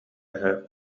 эһэ